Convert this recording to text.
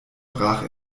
brach